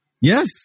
Yes